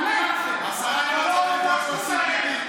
באמת ריגשתם.